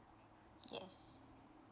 yes